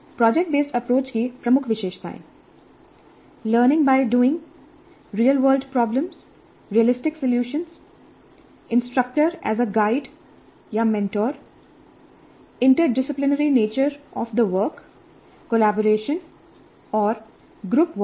project based approach की प्रमुख विशेषताएं learning by doing real world problem realistic solution instructor guide mentor instructor as a guidementor interdisciplinary nature of the work collaboration और group work